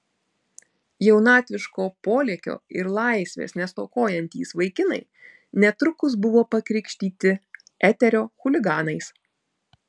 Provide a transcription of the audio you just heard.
jaunatviško polėkio ir laisvės nestokojantys vaikinai netrukus buvo pakrikštyti eterio chuliganais